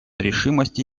решимости